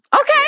Okay